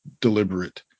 deliberate